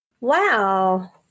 Wow